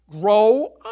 grow